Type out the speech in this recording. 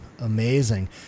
amazing